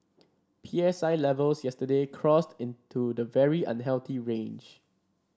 P S I levels yesterday crossed into the very unhealthy range